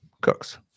Cooks